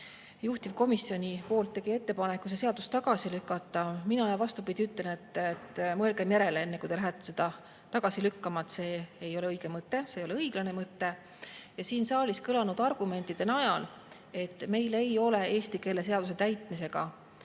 juhtivkomisjoni nimel tegi ettepaneku see seadus tagasi lükata, mina, vastupidi, ütlen, et mõelge enne järele, kui te lähete seda tagasi lükkama. See ei ole õige mõte, see ei ole õiglane mõte. Ka siin saalis kõlanud argumentide põhjal ei ole eesti keele seaduse täitmisega